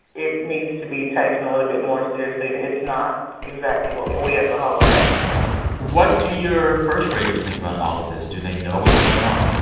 it needs to be taken a little bit more seriously. and it's not exactly what we as a whole are asking for what do your first-graders think about all of this? do they know what's going on?